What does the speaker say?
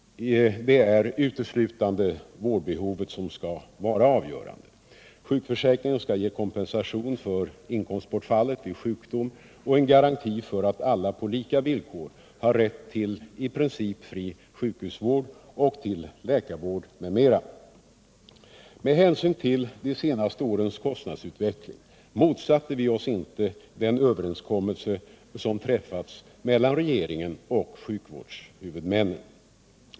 Det är uteslutande vårdbehovet som skall vara avgörande. Sjukförsäkringen skall ge kompensation för inkomstbortfallet vid sjukdom och en garanti för att alla på lika villkor har rätt till i princip fri sjukhusvård och till läkarvård m.m. Med hänsyn till de senaste årens kostnadsutveckling motsatte vi oss inte den överenskommelse som träffats mellan regeringen och sjukvårdshuvudmännen.